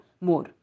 more